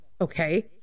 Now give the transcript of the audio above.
okay